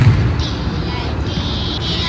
e like e